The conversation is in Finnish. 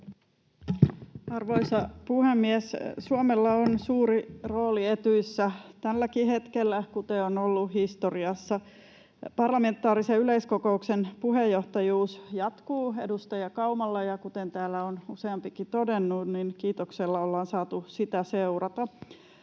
Arvoisa puhemies! Suomella on suuri rooli Etyjissä tälläkin hetkellä, kuten on ollut historiassa. Parlamentaarisen yleiskokouksen puheenjohtajuus jatkuu edustaja Kaumalla, ja kuten täällä on useampikin todennut, niin kiitoksella ollaan saatu sitä seurata.